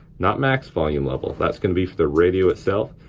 not max volume level. that's gonna be for the radio itself.